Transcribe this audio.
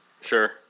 Sure